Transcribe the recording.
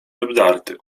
obdarty